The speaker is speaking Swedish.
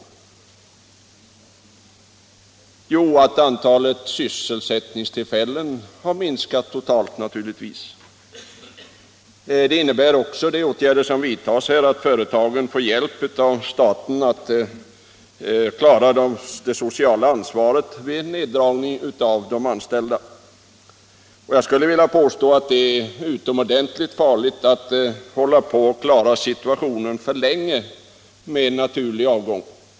Naturligtvis har antalet sysselsättningstillfällen minskat totalt. De åtgärder som vidtas innebär också att företagen får hjälp av staten med att klara det sociala ansvaret vid neddragningen av antalet anställda. Jag skulle vilja påstå att det är utomordentligt farligt att ”klara” situationen för länge med ”naturlig avgång”.